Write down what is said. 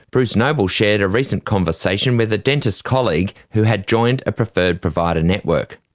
bruce noble shared a recent conversation with a dentist colleague who had joined a preferred provider network.